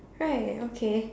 right okay